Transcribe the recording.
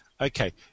Okay